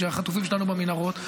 כשהחטופים שלנו במנהרות.